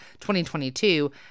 2022